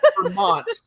Vermont